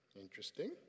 interesting